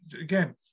again